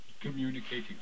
communicating